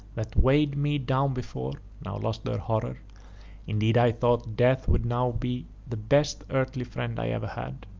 that weighed me down before, now lost their horror indeed i thought death would now be the best earthly friend i ever had.